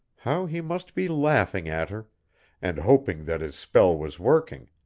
how he must be laughing at her and hoping that his spell was working,